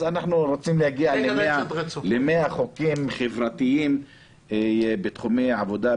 אז אנחנו רוצים להגיע ל-100 חוקים חברתיים בתחומי עבודה,